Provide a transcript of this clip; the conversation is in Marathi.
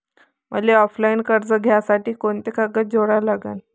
मले ऑफलाईन कर्ज घ्यासाठी कोंते कागद जोडा लागन?